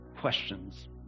questions